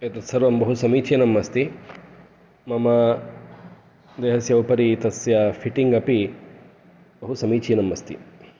एतत् सर्वं बहुसमीचीनम् अस्ति मम देहस्य उपरि तस्य फ़िटिङ्ग् अपि बहुसमीचीनम् अस्ति